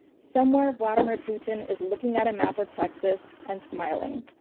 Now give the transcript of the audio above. somewhere vladimir putin is looking at a map of texas and smiling.